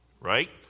right